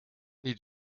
niet